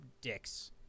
dicks